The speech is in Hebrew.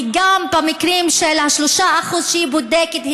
וגם במקרה של 3% שהיא בודקת,